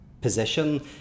position